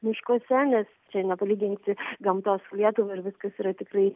miškuose nes čia nepalyginsi gamtos su lietuva ir viskas yra tikrai